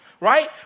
right